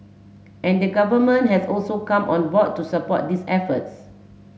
and the Government has also come on board to support these efforts